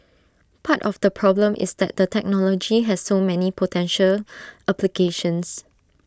part of the problem is that the technology has so many potential applications